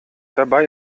dabei